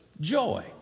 Joy